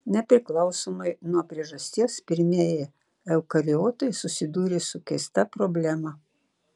nepriklausomai nuo priežasties pirmieji eukariotai susidūrė su keista problema